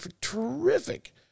terrific